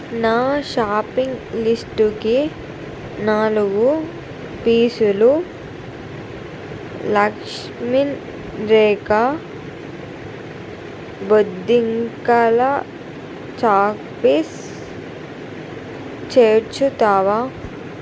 నా షాపింగ్ లిస్టుకి నాలుగు పీసులు లక్ష్మణ్ రేఖా బొద్దింకల చాక్పీస్ చేర్చుతావా